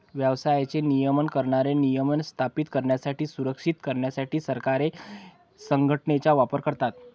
व्यवसायाचे नियमन करणारे नियम स्थापित करण्यासाठी, सुधारित करण्यासाठी सरकारे संघटनेचा वापर करतात